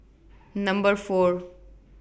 Number four